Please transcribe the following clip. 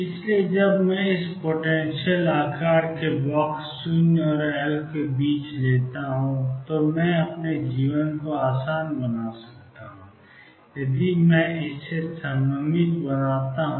इसलिए जब मैं इस पोटेंशियल आकार के बॉक्स 0 और L को लेता हूं तो मैं अपने जीवन को आसान बना सकता हूं यदि मैं इसे सिमिट्रिक बनाता हूं